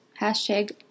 Hashtag